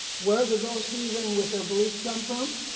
where did those heathen with their beliefs come from?